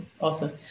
Awesome